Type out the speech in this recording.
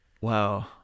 Wow